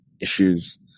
issues